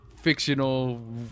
fictional